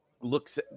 looks